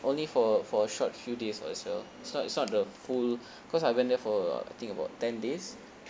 only for for a short few days uh as well it's not it's not the full cause I went there for I think about ten days